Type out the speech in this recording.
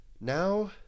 now